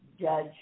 judge